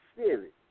spirit